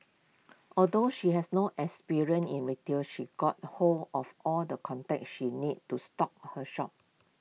although she had no experience in retail she got hold of all the contacts she needed to stock her shop